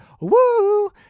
woo